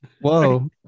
whoa